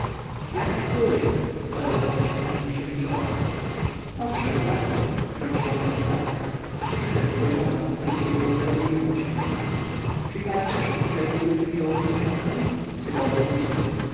jak z których odezwała się pani misiewiczowa owszem bardzo wtrąciła pani stawska przytem spojrzała na wokulskiego i zarumieniła się czy i pani krzeszowska jest równie miłą sąsiadką pytał wokulski